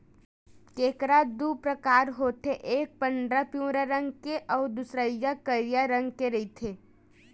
केंकरा दू परकार होथे एक पंडरा पिंवरा रंग के अउ दूसरइया करिया रंग के रहिथे